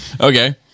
Okay